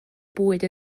bwyd